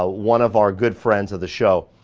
ah one of our good friends of the show.